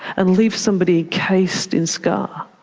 and leave somebody encased in scar.